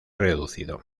reducido